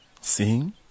Sing